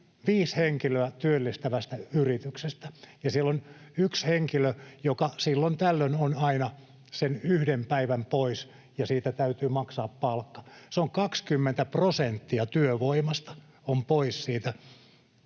viisi henkilöä työllistävästä yrityksestä, jossa on yksi henkilö, joka silloin tällöin on aina sen yhden päivän pois ja siitä täytyy maksaa palkka. Se on 20 prosenttia työvoimasta pois siitä